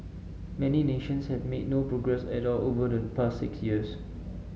many nations have made no progress at all over the past six years